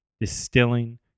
distilling